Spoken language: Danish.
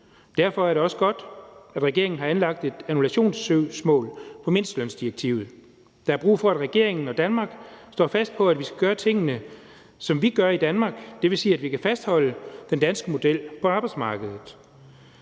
Derfor er det også godt, at regeringen har anlagt et annullationssøgsmål på mindstelønsdirektivet. Der er brug for, at regeringen og Danmark står fast på, at vi skal gøre tingene, som vi gør i Danmark, dvs. at vi kan fastholde den danske model på arbejdsmarkedet.